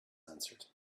answered